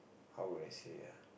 how would I say